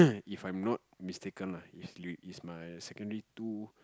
if I'm not mistaken lah it's it's my secondary two